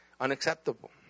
unacceptable